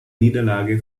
niederlage